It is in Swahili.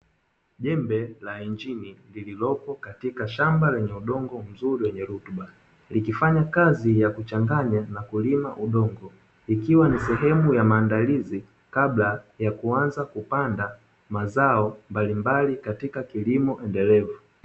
Jembe la injini lililopo katika shamba lenye udongo mzuri wenye rutuba likifanya kazi ya kuchanganya na kulima udongo, ikiwa ni sehemu ya maandalizi kabla ya kuanza kupanda mazao mbalimbali katika kilimo endelevu.